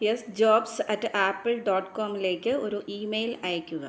yes jobs at apple dot കോമിലേക്ക് ഒരു email അയയ്ക്കുക